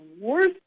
worst